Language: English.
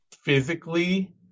Physically